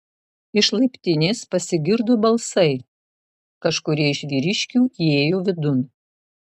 iš laiptinės pasigirdo balsai kažkurie iš vyriškių įėjo vidun